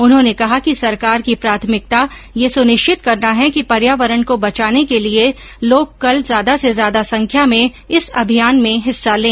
उन्होंने कहा कि सरकार की प्राथमिकता यह सुनिश्चित करना है कि पर्यावरण को बचाने के लिए लोग कल ज्यादा से ज्यादा संख्या में इस अभियान में हिस्सा लें